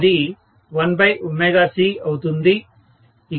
అది 1C అవుతుంది